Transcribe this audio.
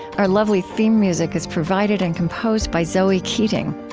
our lovely theme music is provided and composed by zoe keating.